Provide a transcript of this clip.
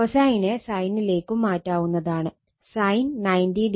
കോസൈനെ സൈനിലേക്കും മാറ്റാവുന്നതാണ് sin 90o cos